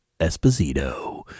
Esposito